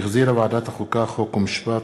שהחזירה ועדת החוקה, חוק ומשפט.